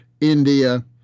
India